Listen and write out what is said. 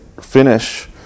finish